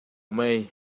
mei